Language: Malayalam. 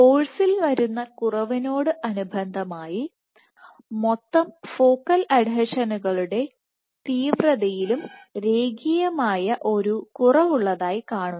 ഫോഴ്സിൽ വരുന്ന കുറവിനോട്അനുബന്ധമായി മൊത്തം ഫോക്കൽ അഡ്ഹീഷനുകളുടെ തീവ്രതയിലും രേഖീയമായ ഒരു കുറവുള്ളതായി കാണുന്നു